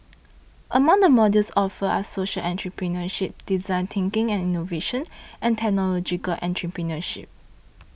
among the modules offered are social entrepreneurship design thinking and innovation and technological entrepreneurship